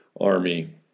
army